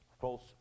false